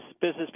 business